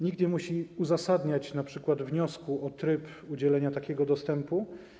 Nikt nie musi uzasadniać np. wniosku o tryb udzielenia takiego dostępu.